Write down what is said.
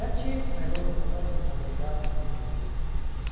گرچہ میں روزمرہ کی ضروریات کے لیے